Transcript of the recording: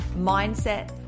mindset